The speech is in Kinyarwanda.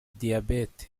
diabete